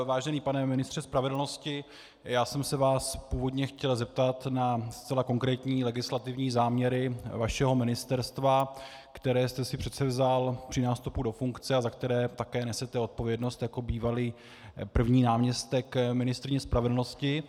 Vážený pane ministře spravedlnosti, já jsem se vás původně chtěl zeptat na zcela konkrétní legislativní záměry vašeho ministerstva, které jste si předsevzal při nástupu do funkce a za které také nesete odpovědnost jako bývalý první náměstek ministryně spravedlnosti.